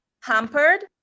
hampered